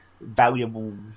valuable